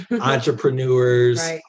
entrepreneurs